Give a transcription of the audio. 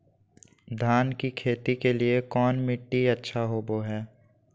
धान की खेती के लिए कौन मिट्टी अच्छा होबो है?